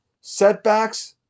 Setbacks